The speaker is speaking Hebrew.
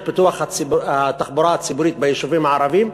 פיתוח התחבורה הציבורית ביישובים הערביים,